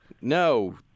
No